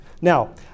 Now